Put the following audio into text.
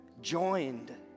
joined